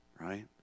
right